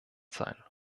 sein